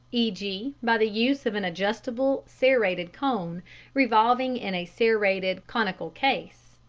e g, by the use of an adjustable serrated cone revolving in a serrated conical case.